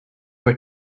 were